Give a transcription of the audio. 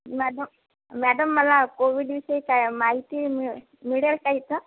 madam madam मला कोविडविषयी काय माहिती मिळ मिळेल का इथं